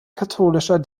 katholischer